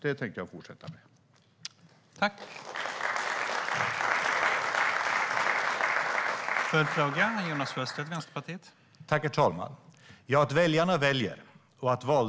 Det tänker jag fortsätta med.